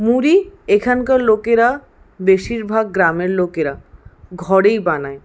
মুড়ি এখানকার লোকেরা বেশিরভাগ গ্রামের লোকেরা ঘরেই বানায়